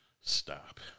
Stop